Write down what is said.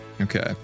Okay